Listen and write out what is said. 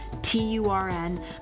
t-u-r-n